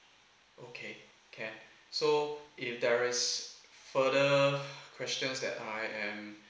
okay can so if there's further questions that I am